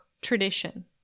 tradition